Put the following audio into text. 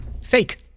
fake